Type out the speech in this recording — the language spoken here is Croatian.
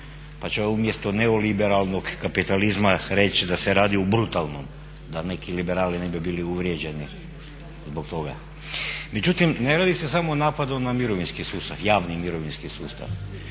ću ja umjesto neoliberalnog kapitalizma reći da se radi o brutalnom, da neki liberali ne bi bili uvrijeđeni zbog toga. Međutim, ne radi se samo o napadu na mirovinski sustav, javni mirovinski sustav.